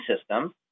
system